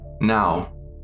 Now